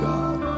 God